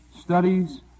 studies